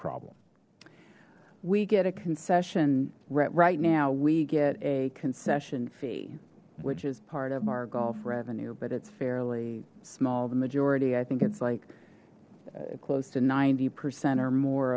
problem we get a concession right now we get a concession fee which is part of our golf revenue but it's fairly small the majority i think it's like close to ninety percent or more